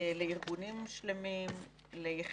על ארגונים שלמים, על יחידים,